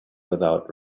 without